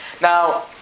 Now